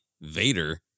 Vader